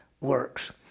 works